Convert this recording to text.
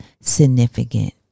significant